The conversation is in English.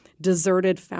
deserted